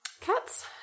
Cats